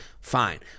fine